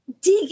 Dig